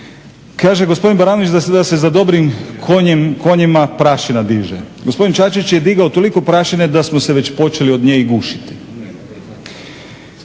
Kaže gospodin Baranović da se za dobrim konjima prašina diže. Gospodin Čačić je digao toliko prašine da smo se već počeli od nje i gušiti.